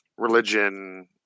religion